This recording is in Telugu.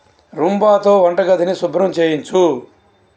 రూంబాతో వంటగదిని శుభ్రం చేయించు